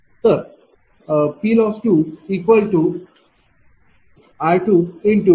तर PLoss2r×P2Q2। V।21